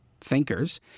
thinkers